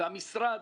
המשרד